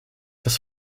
das